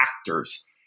actors